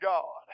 God